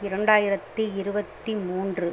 இரண்டாயிரத்தி இருபத்தி மூன்று